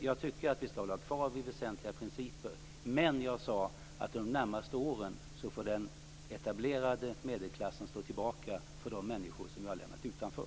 Jag tycker att vi skall hålla kvar vid väsentliga principer, men jag sade att under de närmaste åren får den etablerade medelklassen stå tillbaka för de människor som vi har lämnat utanför.